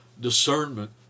discernment